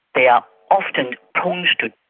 they are often prone to